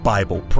Bible